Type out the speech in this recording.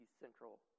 central